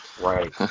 Right